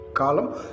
column